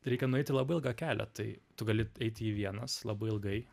reikia nueiti labai ilgą kelią tai tu gali eiti jį vienas labai ilgai